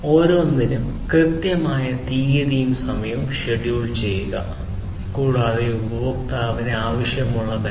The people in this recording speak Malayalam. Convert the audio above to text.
ഓരോന്നിനും കൃത്യമായ തീയതിയും സമയവും ഷെഡ്യൂൾ ചെയ്യുക കൂടാതെ ഉപഭോക്താവിന് ആവശ്യമുള്ളതെല്ലാം